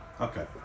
okay